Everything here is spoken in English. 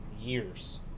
years